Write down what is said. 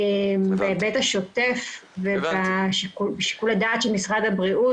בהיבט השוטף ושיקולי הדעת של משרד הבריאות